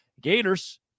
Gators